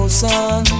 sun